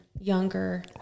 younger